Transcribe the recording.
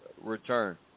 return